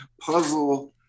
puzzle